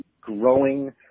growing